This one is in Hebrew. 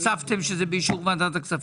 הוספתם שזה באישור ועדת הכספים.